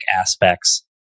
aspects